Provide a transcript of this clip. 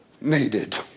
needed